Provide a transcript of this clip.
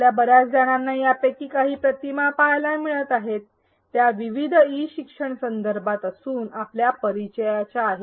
आपल्या बऱ्याच जणांना यापैकी काही प्रतिमा पहायला मिळत आहेत त्या विविध ई शिक्षणासंदर्भात असून आपल्या परिचयाच्या आहेत